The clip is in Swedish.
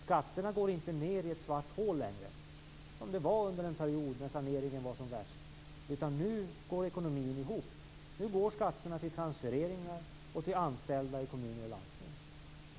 Skatterna går inte ned i ett svart hål längre, som de gjorde under den period då saneringen var som värst. Nu går ekonomin ihop. Nu går skatterna till transfereringar och till anställda i kommuner och landsting.